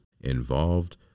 involved